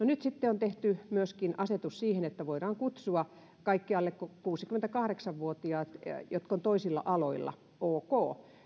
nyt on tehty myöskin asetus siihen että voidaan kutsua kaikki alle kuusikymmentäkahdeksan vuotiaat jotka ovat toisilla aloilla ok